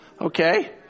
Okay